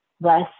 less